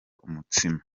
umutsima